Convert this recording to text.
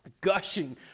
Gushing